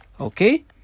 okay